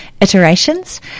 iterations